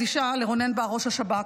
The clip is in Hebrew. בר, ראש השב"כ.